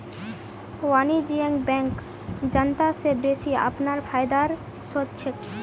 वाणिज्यिक बैंक जनता स बेसि अपनार फायदार सोच छेक